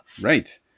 Right